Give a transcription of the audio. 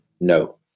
No